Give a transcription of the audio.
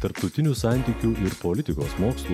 tarptautinių santykių ir politikos mokslų